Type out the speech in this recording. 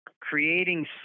creating